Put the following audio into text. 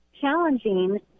challenging